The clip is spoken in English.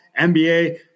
nba